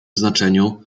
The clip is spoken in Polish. znaczeniu